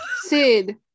Sid